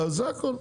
אז זה הכל.